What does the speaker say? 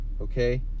Okay